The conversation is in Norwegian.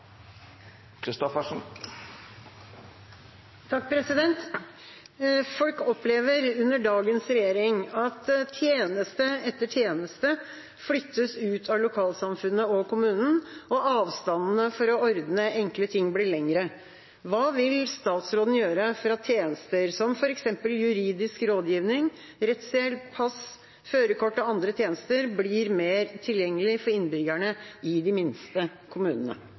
kommunen, og avstandene for å ordne enkle ting blir lengre. Hva vil statsråden gjøre for at tjenester som for eksempel juridisk rådgivning, rettshjelp, pass, førerkort og andre tjenester blir mer tilgjengelig for innbyggerne i de minste